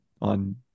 on